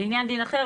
לעניין דין אחר,